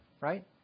right